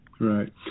Right